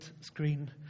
screen